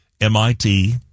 MIT